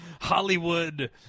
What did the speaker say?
Hollywood